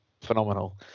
phenomenal